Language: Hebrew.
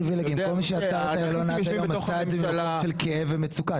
כל מי שעצר את איילון עד היום עשה את זה מתוך כאב ומצוקה.